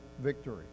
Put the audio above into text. victory